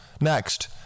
Next